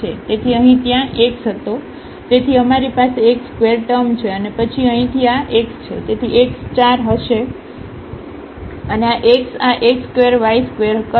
તેથી અહીં x ત્યાં હતો તેથી અમારી પાસે x2 ટર્મ છે અને પછી અહીંથી આ x છે તેથી x 4 હશે અને આ x આ x2y2 કરશે